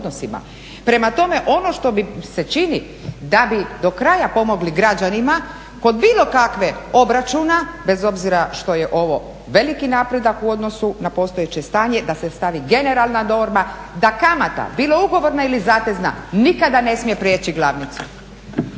Prema tome, ono što mi se čini da bi do kraja pomogli građanima kod bilo kakvog obračuna, bez obzira što je ovo veliki napredak u odnosu na postojeće stanje da se stavi generalna norma da kamata bilo ugovorna ili zatezna nikada ne smije prijeći glavnicu.